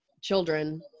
children